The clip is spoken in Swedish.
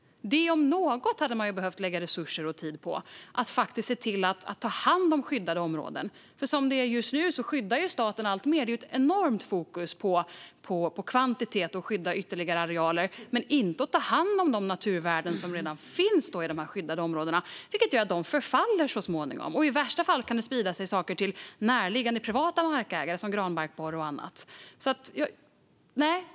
Det om något hade man behövt lägga resurser och tid på, alltså att faktiskt se till att ta hand om skyddade områden. Som det är just nu skyddar staten alltmer. Det är ett enormt fokus på kvantitet och att skydda ytterligare arealer men inte på att ta hand om de naturvärden som redan finns i dessa skyddade områden. Detta gör att de så småningom förfaller. I värsta fall kan granbarkborre och annat spridas till närliggande privata markägare.